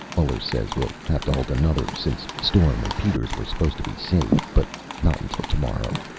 muller says we'll have to hold another, since storm and peters were supposed to be safe. but not until tomorrow.